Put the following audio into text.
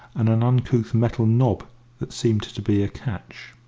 and an uncouth metal knob that seemed to be a catch.